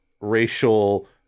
racial